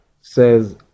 says